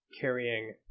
carrying